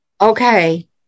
Okay